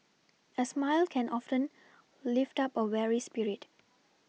a smile can often lift up a weary spirit